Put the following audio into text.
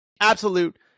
absolute